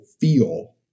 feel